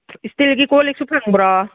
ꯏꯁꯇꯤꯜꯒꯤ ꯀꯣꯜꯂꯤꯛꯁꯨ ꯐꯪꯕ꯭ꯔꯣ